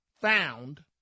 found